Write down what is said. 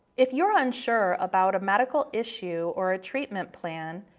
if you're unsure about a medical issue or a treatment plan,